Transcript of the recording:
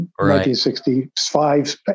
1965